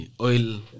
oil